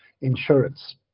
insurance